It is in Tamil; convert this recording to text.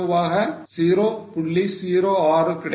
06 கிடைக்கும்